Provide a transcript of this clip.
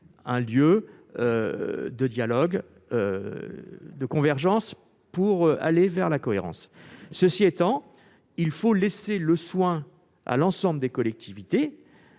un lieu de dialogue et de convergence pour aller vers plus de cohérence, mais il faut laisser le soin à l'ensemble des collectivités